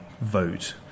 vote